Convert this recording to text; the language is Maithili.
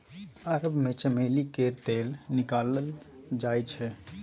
अरब मे चमेली केर तेल निकालल जाइ छै